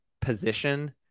position